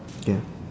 ya